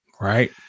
Right